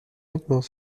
lentement